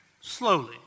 slowly